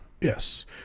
Yes